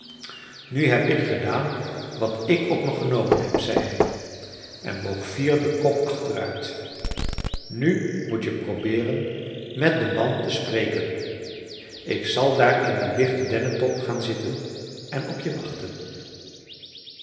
nu heb ik gedaan wat ik op me genomen heb zei hij en boog fier den kop achteruit nu moet je probeeren met den man te spreken ik zal daar in dien dichten dennetop gaan zitten en op je wachten